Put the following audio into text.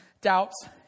doubts